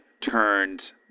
turned